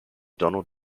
donald